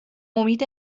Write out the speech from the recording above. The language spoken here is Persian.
امید